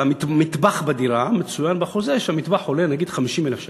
מצוין בחוזה שהמטבח עולה 50,000 שקלים.